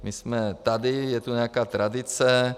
My jsme tady, je tu nějaká tradice.